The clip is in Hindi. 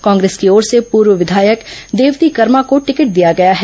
कांग्रेस की ओर से पूर्व विधायक देवती कर्मा को टिकट दिया गया है